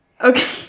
Okay